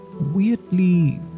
weirdly